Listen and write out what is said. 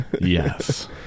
Yes